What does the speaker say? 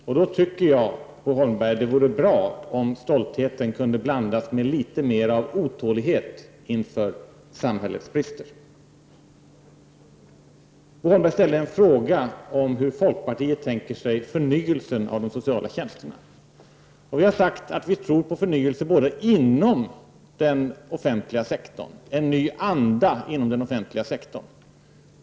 Och jag tycker då, Bo Holmberg, att det vore bra om stoltheten kunde blandas med litet mer av otålighet inför samhällets brister. Bo Holmberg ställde en fråga om hur folkpartiet tänker sig förnyelsen av de sociala tjänsterna. Vi har sagt att vi bl.a. tror på en förnyelse inom den offentliga sektorn, på en ny anda inom den offentliga sektorn.